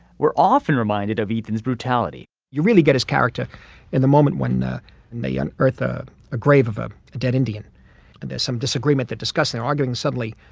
we're often reminded of ethan's brutality you really get his character in the moment when and they um earth ah a grave of a dead indian. and there's some disagreement that discuss they're arguing suddenly.